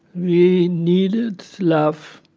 we needed love,